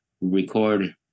record